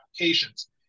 applications